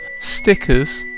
stickers